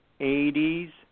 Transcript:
80s